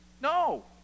No